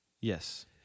Yes